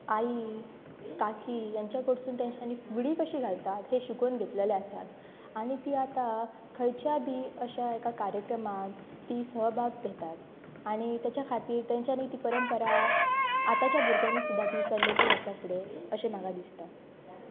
आई काकी हेंच्या कडसून तेंच्यांनी फुगडी कशी घालतात हे शिकोवन घेतलेले आसात आनी ती आतां खंयच्याय बी अश्या एका कार्यक्रमांत ती सहभाग घेतात आनी तेच्या खातीर तेंच्यानी ती परंपरा आतांच्या भुरग्यांनी सुद्दां ती चल्लेली आसा फुडें अशें म्हाका दिसता